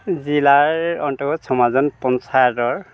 জিলাৰ অন্তৰ্গত চমাজান পঞ্চায়তৰ